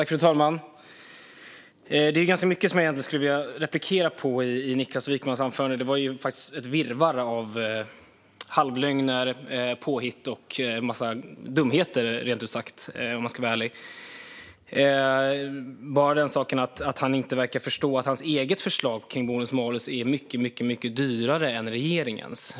Fru talman! Det är ganska mycket som jag egentligen skulle vilja replikera på i Niklas Wykmans anförande. Det var ett virrvarr av halvlögner, påhitt och en massa dumheter rent ut sagt om jag ska vara ärlig. Jag kan bara ta den saken att han inte verkar förstå att hans eget förslag till bonus malus är mycket dyrare än regeringens.